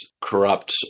corrupt